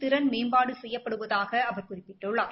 திறன் மேம்பாடு செய்யப்படுவதாக அவர் குறிப்பிட்டுள்ளார்